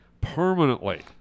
permanently